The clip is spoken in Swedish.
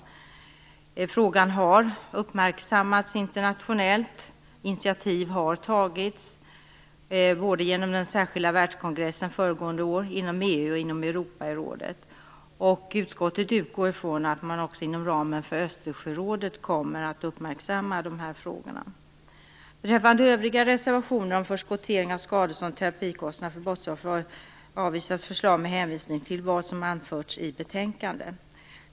Den senare frågan har uppmärksammats internationellt, och initiativ har tagits såväl genom den särskilda världskongressen föregående år som inom EU och Europarådet. Utskottet utgår från att man också inom ramen för Östersjörådet kommer att uppmärksamma de här frågorna. Förslagen i de övriga reservationerna, om förskottering av skadestånd och om terapikostnader för brottsoffer, avvisas med hänvisning till vad som har anförts i betänkandet.